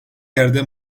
yerde